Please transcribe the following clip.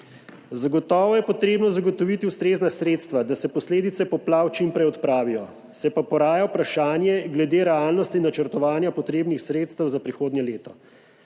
Zagotovo je potrebno zagotoviti ustrezna sredstva, da se posledice poplav čim prej odpravijo, se pa poraja vprašanje glede realnosti načrtovanja potrebnih sredstev za prihodnje leto.